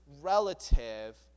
relative